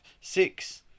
six